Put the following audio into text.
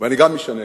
אני גם איש הנגב,